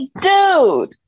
dude